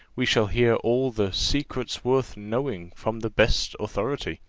we shall hear all the secrets worth knowing from the best authority.